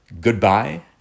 Goodbye